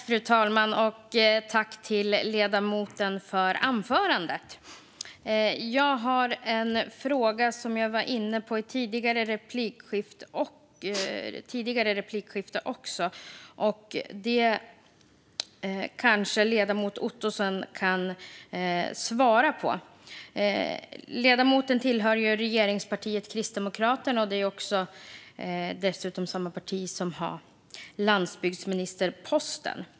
Fru talman! Tack, ledamoten, för anförandet! Jag har en fråga som jag varit inne på också i ett tidigare replikskifte. Kanske kan ledamoten Ottosson svara på den. Ledamoten tillhör regeringspartiet Kristdemokraterna, som dessutom innehar landsbygdsministerposten.